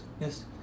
yes